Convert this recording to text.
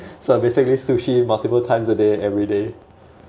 so basically sushi multiple times a day every day